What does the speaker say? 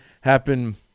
happen